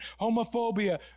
homophobia